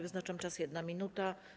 Wyznaczam czas - 1 minuta.